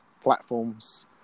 platforms